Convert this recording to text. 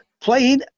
playing